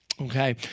Okay